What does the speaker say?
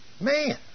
Man